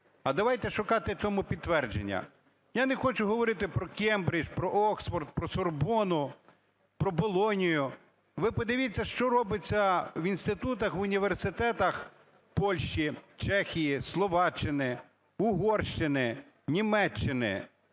а давайте шукати цьому підтвердження. Я не хочу говорити про Кембридж, про Оксфорд, про Сорбонну, про Болонью. Ви подивіться, що робиться в інститутах, в університетах Польщі, Чехії, Словаччини, Угорщини, Німеччини.